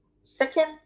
Second